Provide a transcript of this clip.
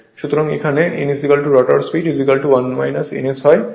সুতরাং এখানে n rotor speed 1 S n হয়